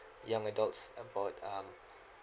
young adults about um